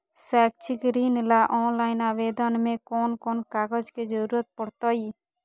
शैक्षिक ऋण ला ऑनलाइन आवेदन में कौन कौन कागज के ज़रूरत पड़तई?